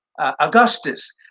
augustus